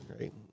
right